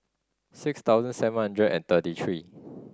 six thousand seven hundred and thirty three